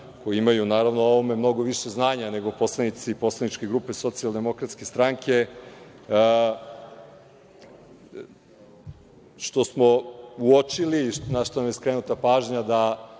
koji imaju, naravno, o ovome mnogo više znanja nego poslanici poslaničke grupe SDS, što smo uočili i na šta nam je skrenuta pažnja da